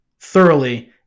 thoroughly